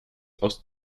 aus